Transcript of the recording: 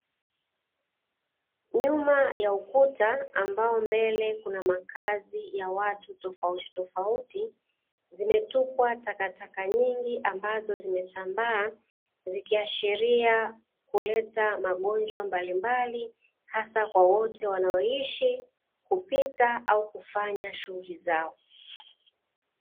Nyuma ya ukuta ambao mbele kuna makazi ya watu tofautitofauti, zimetupwa takataka nyingi ambazo zimesambaa; zikizshiria kuleta magonjwa mbalimbali hasa kwa wote wanoishi, kupita au kufanya shughuli zao.